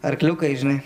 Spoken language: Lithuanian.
arkliukai žinai